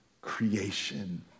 creation